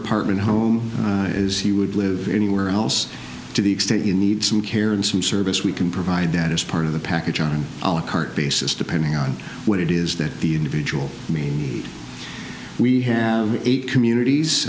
apartment home as he would live anywhere else to the extent you need some care and some service we can provide that as part of the package on a cart basis depending on what it is that the individual mean we have eight communities